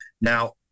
Now